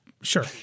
Sure